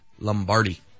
Lombardi